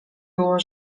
było